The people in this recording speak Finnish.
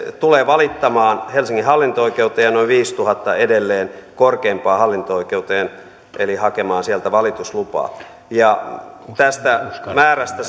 tulee valittamaan helsingin hallinto oikeuteen ja noin viiteentuhanteen edelleen korkeimpaan hallinto oikeuteen eli hakemaan sieltä valituslupaa tästä määrästä